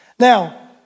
Now